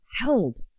held